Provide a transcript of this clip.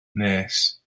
nes